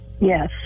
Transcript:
Yes